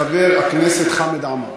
חבר הכנסת חמד עמאר.